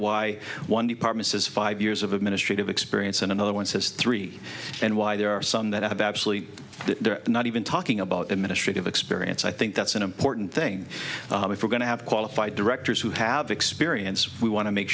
why one department says five years of administrative experience and another one says three and why there are some that have absolutely they're not even talking about administrative experience i think that's an important thing if we're going to have qualified directors who have experience we want to make